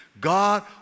God